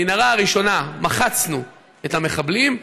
במנהרה הראשונה מחצנו את המחבלים,